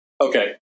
Okay